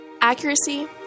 Accuracy